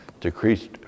decreased